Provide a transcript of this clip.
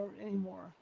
anymore